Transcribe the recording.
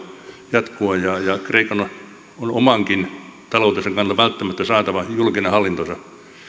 jatkua ja ja kreikan on omankin taloutensa kannalta välttämättä saatava julkinen hallintonsa